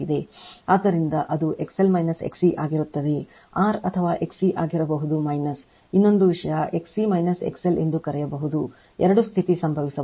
ಆದ್ದರಿಂದ ಅದು XL XC ಆಗಿರುತ್ತದೆ R ಅಥವಾ XC ಆಗಿರಬಹುದು ಇನ್ನೊಂದು ವಿಷಯ XC XL ಎಂದು ಕರೆಯಬಹುದು ಎರಡು ಸ್ಥಿತಿ ಸಂಭವಿಸಬಹುದು